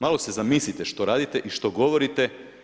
Malo se zamislite što radite i što govorite.